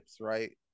right